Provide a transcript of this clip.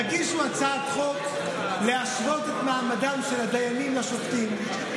תגישו הצעת חוק להשוות את מעמדם של הדיינים לשל שופטים.